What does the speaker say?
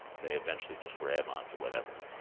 they eventually just grab on to whatever.